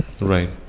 Right